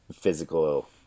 physical